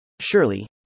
Surely